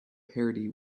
parody